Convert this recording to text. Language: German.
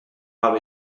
habe